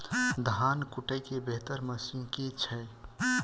धान कुटय केँ बेहतर मशीन केँ छै?